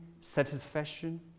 satisfaction